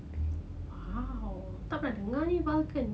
!wow! tak pernah dengar ni vulcan